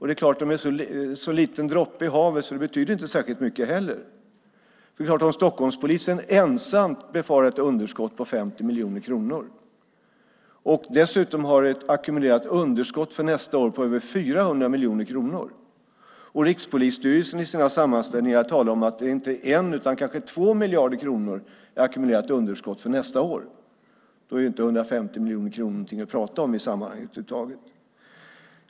Det är en så liten droppe i havet att det ju inte betyder särskilt mycket. Om Stockholmspolisen ensam befarar ett underskott på 50 miljoner kronor och dessutom har ett ackumulerat underskott för nästa år på över 400 miljoner kronor och om Rikspolisstyrelsen i sina sammanställningar talar om att det inte är 1 utan kanske 2 miljarder kronor i ackumulerat underskott för nästa år är ju 150 miljoner kronor ingenting att prata om i sammanhanget.